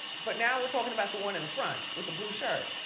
but now we're talkin' about the one in the front with the blue shirt.